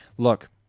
Look